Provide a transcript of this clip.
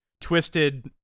twisted